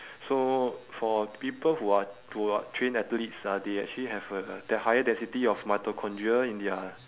so for people who are who are trained athletes ah they actually have a d~ higher density of mitochondria in their